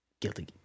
Guilty